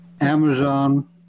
Amazon